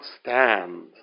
stand